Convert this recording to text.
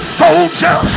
soldier